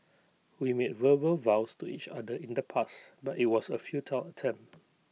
we made verbal vows to each other in the past but IT was A futile attempt